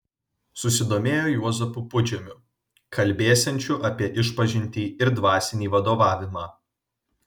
susidomėjo juozapu pudžemiu kalbėsiančiu apie išpažintį ir dvasinį vadovavimą